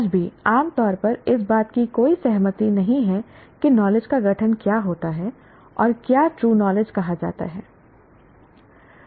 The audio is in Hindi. आज भी आम तौर पर इस बात की कोई सहमति नहीं है कि नॉलेज का गठन क्या होता है और क्या ट्रू नॉलेज कहा जाता है